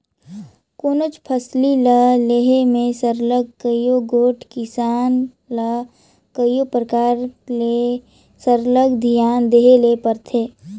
कोनोच फसिल ल लेहे में सरलग कइयो गोट किसान ल कइयो परकार ले सरलग धियान देहे ले परथे